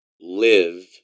live